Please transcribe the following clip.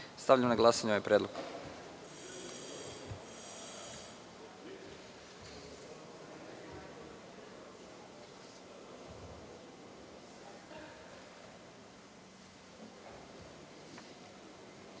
Stavljam na glasanje ovaj predlog. Molim